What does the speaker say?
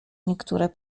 niektóre